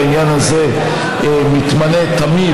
לעניין הזה מתמנה תמיד,